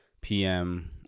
PM